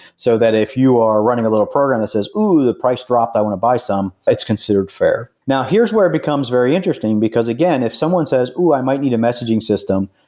so that if you are running a little program that says, oh, the price dropped. i want to buy some, it's considered fair. now here's where it becomes very interesting, because again if someone says, oh, i might need a messaging system.